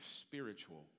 spiritual